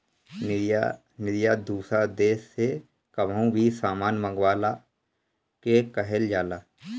निर्यात दूसरा देस से कवनो भी सामान मंगवला के कहल जाला